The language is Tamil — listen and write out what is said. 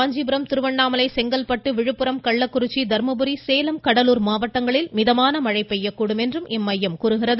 காஞ்சிபுரம் திருவண்ணாமலை செங்கல்பட்டு சென்னை விழுப்புரம் கள்ளக்குறிச்சி தர்மபுரி சேலம் கடலூர் மாவட்டங்களில் மிதமான மழை பெய்யக்கூடும் என்று இம்மையம் கூறியுள்ளது